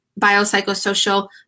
biopsychosocial